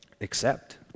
accept